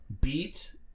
beat